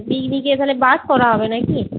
পিকনিকে তাহলে বাস করা হবে নাকি